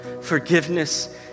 forgiveness